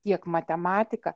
tiek matematika